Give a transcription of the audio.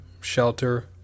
shelter